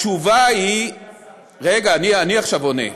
התשובה היא, רגע, אני עכשיו עונה.